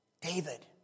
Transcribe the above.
David